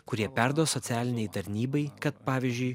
kurie perduos socialinei tarnybai kad pavyzdžiui